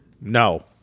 no